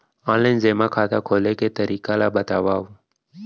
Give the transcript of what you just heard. Online जेमा खाता खोले के तरीका ल बतावव?